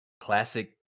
classic